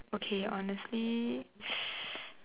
okay honestly